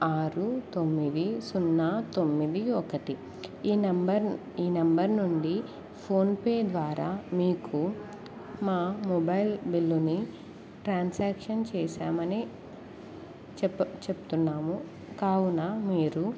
ఆరు తొమ్మిది సున్నా తొమ్మిది ఒకటి ఈ నెంబర్ ఈ నెంబర్ నుండి ఫోన్పే ద్వారా మీకు మా మొబైల్ బిల్లుని ట్రాన్సాక్షన్ చేశామని చెప్ప చెప్తున్నాము కావున మీరు